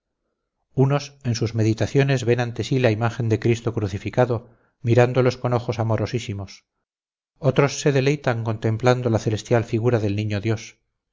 unos en sus meditaciones ven ante sí la imagen de cristo crucificado mirándolos con ojos amorosísimos otros se deleitan contemplando la celestial figura del niño dios